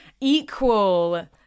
equal